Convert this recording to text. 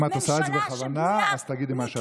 אם את עושה את זה בכוונה, אז תגידי מה שאת רוצה.